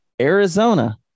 Arizona